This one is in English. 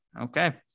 Okay